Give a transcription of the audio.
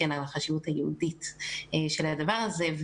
על החשיבות היהודית של הדבר הזה.